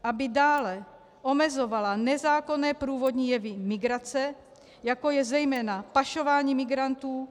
b) aby dále omezovala nezákonné průvodní jevy migrace, jako je zejména pašování migrantů.